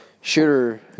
shooter